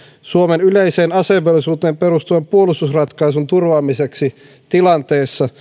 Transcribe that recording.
suomen yleiseen asevelvollisuuteen perustuvan puolustusratkaisun turvaamiseksi tilanteessa